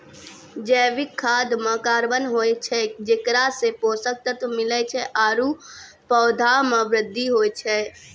जैविक खाद म कार्बन होय छै जेकरा सें पोषक तत्व मिलै छै आरु पौधा म वृद्धि होय छै